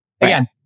Again